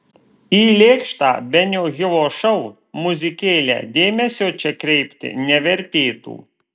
į lėkštą benio hilo šou muzikėlę dėmesio čia kreipti nevertėtų